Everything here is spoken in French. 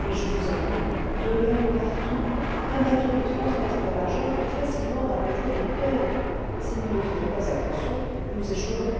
mais je vous en prie de l'oeil partout un bateau de trente mètres de largeur peut facilement raboter un écueil si nous ne faisons pas attention nous échouerons